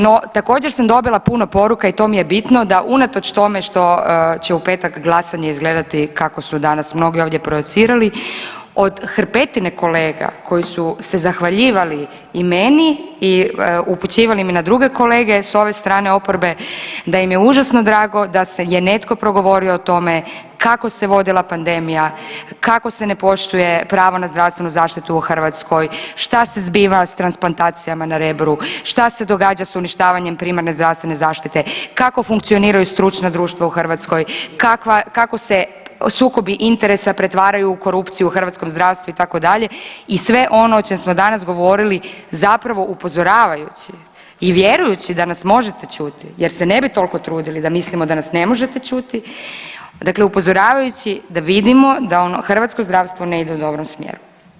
No također sam dobila puno poruka i to mi je bitno da unatoč tome što će u petak glasanje izgledati kako su danas mnogi ovdje projicirali od hrpetine kolega koji su se zahvaljivali i meni i upućivali mi na druge kolege s ove strane oporbe da im je užasno drago da je netko progovorio o tome kako se vodila pandemija, kako se ne poštuje pravo na zdravstvenu zaštitu u Hrvatskoj, šta se zbiva s transplantacijama na Rebru, šta se događa s uništavanjem primarne zdravstvene zaštite, kako funkcioniraju stručna društva u Hrvatskoj, kako se sukobi interesa pretvaraju u korupciju u hrvatskom zdravstvu itd. i sve ono o čemu smo danas govorili zapravo upozoravajući i vjerujući da nas možete čuti jer se ne bi toliko trudili da mislimo da nas ne možete čuti, dakle upozoravajući da vidimo da hrvatsko zdravstvo ne ide u dobrom smjeru.